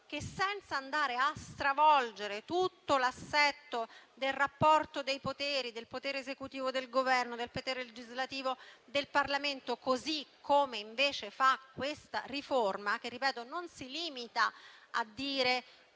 che non stravolgerebbe tutto l'assetto del rapporto dei poteri, del potere esecutivo del Governo e del potere legislativo del Parlamento, così come invece fa questa riforma. Essa infatti non si limita a dire